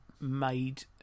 made